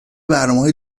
برنامههای